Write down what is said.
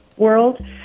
world